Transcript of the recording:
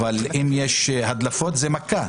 אבל אם יש הדלפות זה מכה.